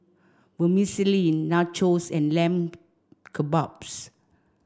Vermicelli Nachos and Lamb Kebabs